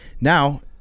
Now